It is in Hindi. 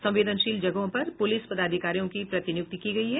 संवेदनशील जगहों पर पुलिस पदाधिकारियों की प्रतिनियुक्ति की गयी है